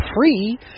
free